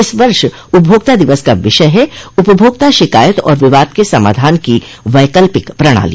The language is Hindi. इस वर्ष उपभोक्ता दिवस का विषय है उपभोक्ता शिकायत और विवाद के समाधान की वैकल्पिक प्रणाली